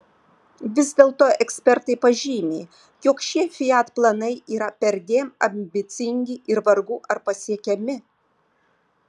vis dėlto ekspertai pažymi jog šie fiat planai yra perdėm ambicingi ir vargu ar pasiekiami